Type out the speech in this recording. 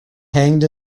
hanged